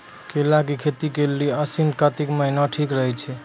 केला के खेती के लेली आसिन कातिक महीना ठीक रहै छै